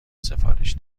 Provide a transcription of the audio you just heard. سفارش